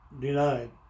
denied